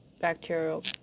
bacterial